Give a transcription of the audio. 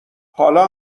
حالا